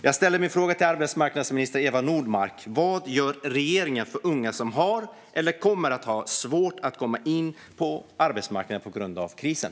Jag ställer min fråga till arbetsmarknadsminister Eva Nordmark: Vad gör regeringen för unga som har eller kommer att ha svårt att komma in på arbetsmarknaden på grund av krisen?